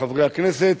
חברי הכנסת,